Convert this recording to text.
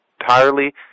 entirely